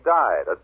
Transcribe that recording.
died